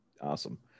Awesome